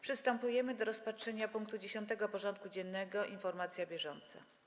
Przystępujemy do rozpatrzenia punktu 10. porządku dziennego: Informacja bieżąca.